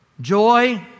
Joy